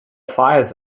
fires